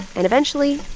and eventually.